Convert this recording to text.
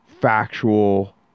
factual